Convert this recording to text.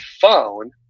phone